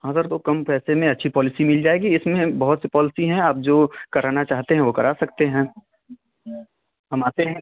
हाँ सर तो कम पैसे में अच्छी पॉलिसी मिल जाएगी इसमें बहुत से पॉलिसी हैं आप जो कराना चाहते हैं वो करा सकते हैं हम आते हैं